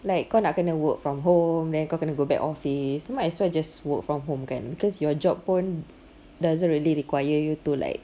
like kau nak kena work from home then kau kena go back office might as well just work from home kan because your job pun doesn't really require you to like